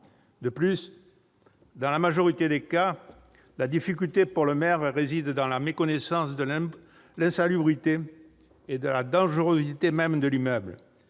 sens. Dans la majorité des cas, la difficulté, pour le maire, réside dans la méconnaissance de l'insalubrité et de la dangerosité d'un immeuble.